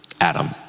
Adam